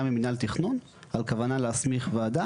ממינהל תכנון על כוונה להסמיך וועדה.